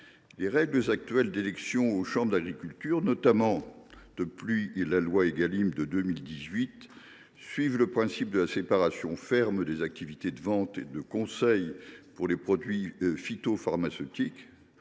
Les règles actuelles d’élection aux chambres d’agriculture, notamment depuis la loi Égalim 1, respectent le principe de séparation ferme des activités de vente et de conseil pour les produits phytopharmaceutiques,